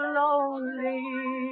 lonely